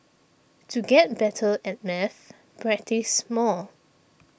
to get better at maths practise more